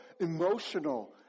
emotional